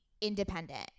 independent